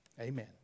Amen